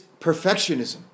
perfectionism